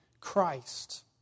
Christ